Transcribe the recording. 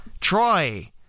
Troy